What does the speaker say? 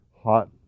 hot